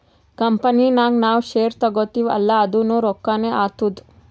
company ನಾಗ್ ನಾವ್ share ತಗೋತಿವ್ ಅಲ್ಲಾ ಅದುನೂ ರೊಕ್ಕಾನೆ ಆತ್ತುದ್